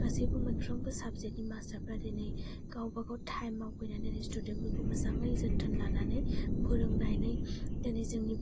गासैबो मोनफ्रोमबो साबजेक्टनि मास्थारफ्रा दिनै गावबा गाव टाइमाव फैनानै स्टुदेन्ट फोरखौ मोजाङै जोथोन लानानै फोरोंनानै दोनै जोंनि